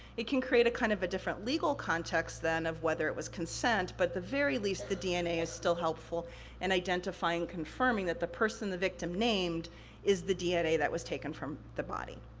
it can create a kind of a different legal context, then, of whether it was consent, but the very least, the dna is still helpful in identifying, confirming, that the person the victim named is the dna that was taken from the body.